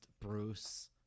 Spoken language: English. Bruce